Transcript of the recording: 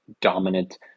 dominant